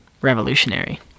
revolutionary